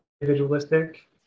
individualistic